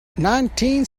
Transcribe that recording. nineteen